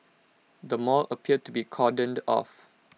the mall appeared to be cordoned off